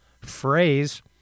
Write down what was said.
phrase